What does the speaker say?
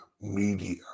media